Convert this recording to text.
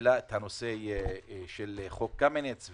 העלה את הנושא של חוק קמיניץ,